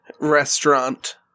restaurant